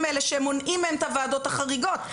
האלה שמונעים מהם את הוועדות החריגות.